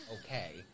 okay